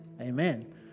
Amen